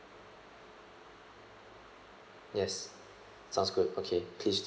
yes sounds good okay please do